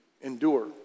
Endure